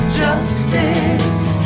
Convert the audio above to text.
justice